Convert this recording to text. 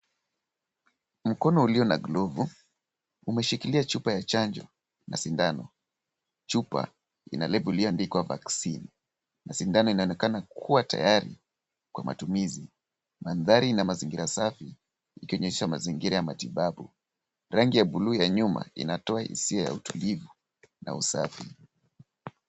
Mkono ulio na glovu, umeshikilia chupa ya chanjo na sindano. Chupa ina lebo iliyoandikwa Vaccine na sindano inaonekana kuwa tayari kwa matumizi. Mandhari ina mazingira safi ikionyesha mazingira ya matibabu. Rangi ya buluu ya nyuma inatoa hisia ya utulivu na usafi.